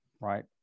Right